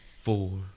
four